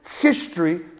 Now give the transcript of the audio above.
history